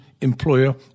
employer